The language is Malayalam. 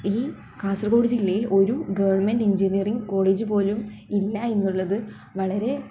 ഈ കാസർഗോട് ജില്ലയിൽ ഒരു ഗവൺമെൻറ് എൻജിനീയറിങ്ങ് കോളേജ് പോലും ഇല്ല എന്നുള്ളത് വളരെ